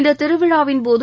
இந்தத் திருவிழாவின்போது